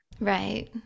Right